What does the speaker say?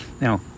Now